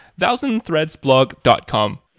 thousandthreadsblog.com